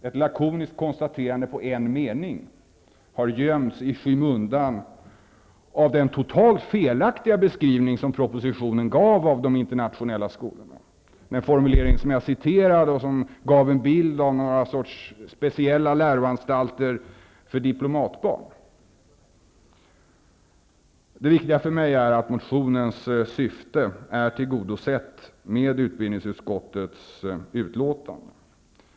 Ett lakoniskt konstaterande på en mening har gömts i skymundan i den totalt felaktiga beskrivning som propositionen gav av de internationella skolorna, den formulering som jag citerade och som gav en bild av någon sorts speciella läroanstalter för diplomatbarn. Det viktiga för mig är att motionens syfte är tillgodosett med utbildningsutskottets betänkande.